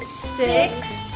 six,